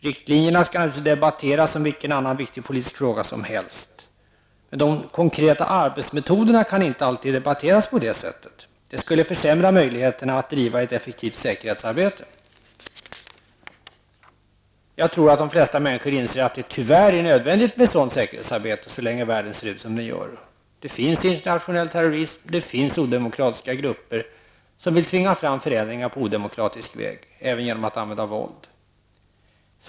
Riktlinjerna skall naturligtvis debatteras som vilken annan viktig politisk fråga som helst, men de konkreta arbetsmetoderna kan inte alltid debatteras på det sättet. Det skulle försämra möjligheterna att utföra ett effektivt säkerhetsarbete. Jag tror att de flesta människor inser att det tyvärr är nödvändigt med ett sådant säkerhetsarbete så länge världen ser ut som den gör. Det finns internationell terrorism, och det finns odemokratiska grupper som vill tvinga fram förändringar på odemokratisk väg, även med hjälp av våld.